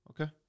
okay